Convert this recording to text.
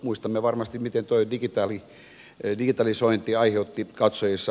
muistamme varmasti mitä tuo digitalisointi aiheutti katsojissa